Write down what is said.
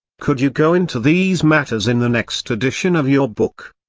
could you go into these matters in the next edition of your book?